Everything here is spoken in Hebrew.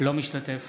אינו משתתף